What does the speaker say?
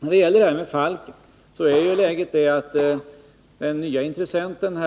När det gäller Falken är läget att den nye intressenten